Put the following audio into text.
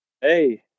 Hey